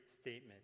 statement